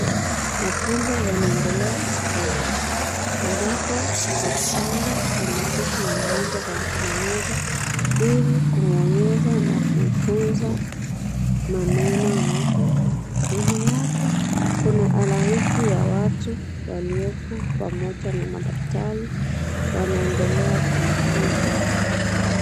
Mafunzo yanaendelea hosiptalini ambambo daktari ameketi pamoja na mgonjwa palipo na Meza hii kimwonyesha na kumfunza maneno yake ,nyuma yake kuna alaiki ya watu waliopo pamoja na madaktari wanaendelea kufunzwa .